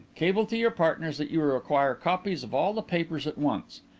cable to your partners that you require copies of all the papers at once.